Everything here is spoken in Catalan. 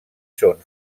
són